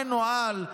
מנוהל,